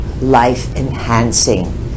life-enhancing